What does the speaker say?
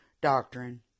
doctrine